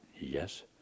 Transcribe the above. Yes